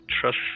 trust